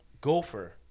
gopher